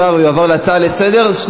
הנושא אושר ויעבור להצעה לסדר-היום.